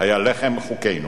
היה לחם חוקנו,